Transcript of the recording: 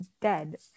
dead